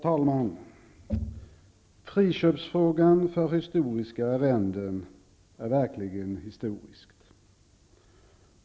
Herr talman! Friköpsfrågan för historiska arrenden är verkligen historisk.